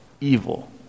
evil